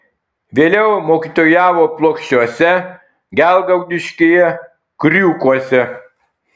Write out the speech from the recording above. vėliau mokytojavo plokščiuose gelgaudiškyje kriūkuose